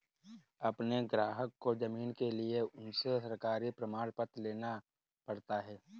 अपने ग्राहक को जानने के लिए उनसे सरकारी प्रमाण पत्र लेना पड़ता है